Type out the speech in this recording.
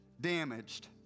damaged